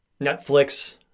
Netflix